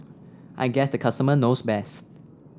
I guess the customer knows best